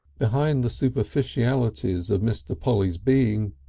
behind the superficialities of mr. polly's being,